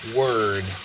word